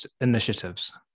initiatives